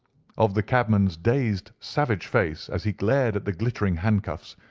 of the cabman's dazed, savage face, as he glared at the glittering handcuffs,